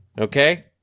Okay